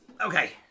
Okay